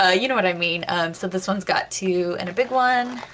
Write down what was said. ah you know what i mean. so this one's got two and a big one,